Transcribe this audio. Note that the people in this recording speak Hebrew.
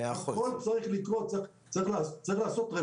יש גם ועדת